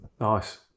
Nice